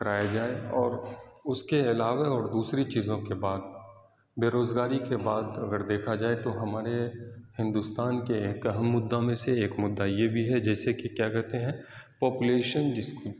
کرائے جائے اور اس کے علاوہ اور دوسری چیزوں کے بعد بےروزگاری کے بعد اگر دیکھا جائے تو ہمارے ہندوستان کے ایک اہم مدعوں میں سے ایک مدعا یہ بھی ہے جیسے کہ کیا کہتے ہیں پاپولیشن جس کو